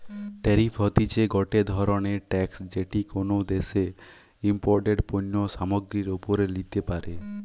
tariff হতিছে গটে ধরণের ট্যাক্স যেটি কোনো দ্যাশে ইমপোর্টেড পণ্য সামগ্রীর ওপরে লিতে পারে